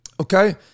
Okay